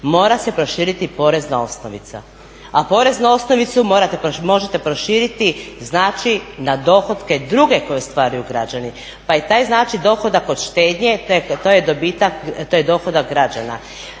mora se proširiti porezna osnovica, a poreznu osnovicu možete proširiti znači na dohotke druge koji stvaraju građani pa je taj znači dohodak od štednje, to je dohodak građana.